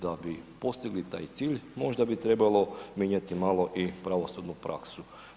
Da bi postigli taj cilj možda bi trebalo mijenjati malo i pravosudnu praksu.